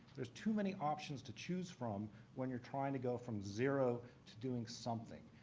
there's too many options to choose from when you're trying to go from zero to doing something.